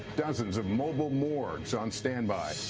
dozens of mobile morgues on stand by.